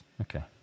Okay